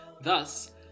Thus